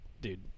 dude